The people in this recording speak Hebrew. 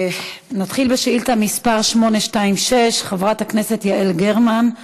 נתחיל בשאילתה מס' 826 של חברת הכנסת יעל גרמן: